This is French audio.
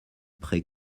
pré